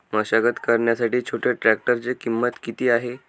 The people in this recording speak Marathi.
मशागत करण्यासाठी छोट्या ट्रॅक्टरची किंमत किती आहे?